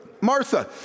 Martha